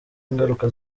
ingaruka